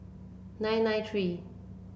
nine nine three